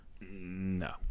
No